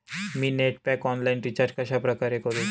मी net pack online recharge कशाप्रकारे करु?